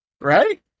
right